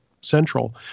Central